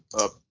up